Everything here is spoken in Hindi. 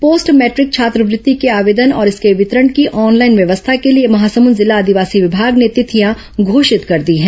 पोस्ट भैट्रिक छात्रवृत्ति के आवेदन और इसके वितरण की ऑनलाइन व्यवस्था के लिए महासमुंद जिला आदिवासी विभाग ने तिथियां घोषित कर दी हैं